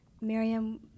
Miriam